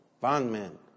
bondmen